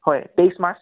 হয় তেইছ মাৰ্চ